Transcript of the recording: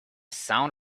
sound